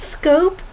scope